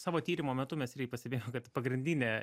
savo tyrimo metu mes irgi pastebėjom kad pagrindinė